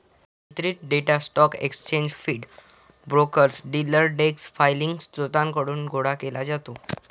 वितरित data stock exchange feed, brokers, dealer desk filing स्त्रोतांकडून गोळा केला जातो